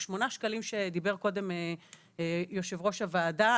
שמונת השקלים שדיבר עליהם קודם יושב ראש הוועדה,